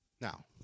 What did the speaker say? Now